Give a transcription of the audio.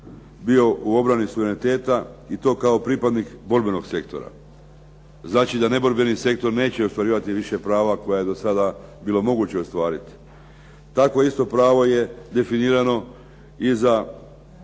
bio u obrani suvereniteta i to kao pripadnik borbenog sektora. Znači da neborbeni sektor neće ostvarivati više prava koja je do sada bilo moguće ostvariti. Takvo isto pravo je definirano i za